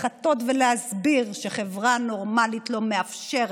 לחטא ולהסביר שחברה נורמלית לא מאפשרת,